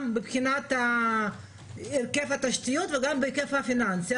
יצירה חדשה הן מבחינת היקף התשתיות והן מבחינת ההיקף הפיננסי.